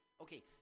Okay